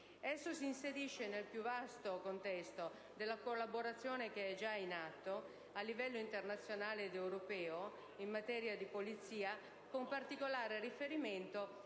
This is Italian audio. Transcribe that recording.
Esso si inserisce nel più vasto contesto della collaborazione già in atto, a livello internazionale ed europeo, in materia di polizia, con particolare riferimento